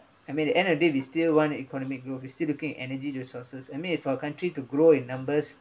I mean the end of the day they still want it economic growth it's still looking at energy resources I mean if for countries to grow in numbers